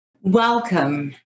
Welcome